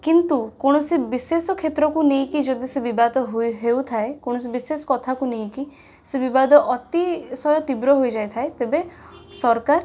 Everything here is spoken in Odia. କିନ୍ତୁ କୌଣସି ବିଶେଷ କ୍ଷେତ୍ରକୁ ନେଇକି ଯଦି ସେ ବିବାଦ ହୁଏ ହେଉଥାଏ କୌଣସି ବିଶେଷ କଥାକୁ ନେଇକି ସେ ବିବାଦ ଅତିଶୟ ତୀବ୍ର ହୋଇଯାଇଥାଏ ତେବେ ସରକାର